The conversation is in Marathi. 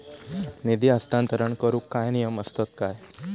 निधी हस्तांतरण करूक काय नियम असतत काय?